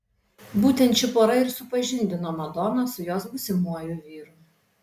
būtent ši pora ir supažindino madoną su jos būsimuoju vyru